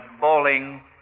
bowling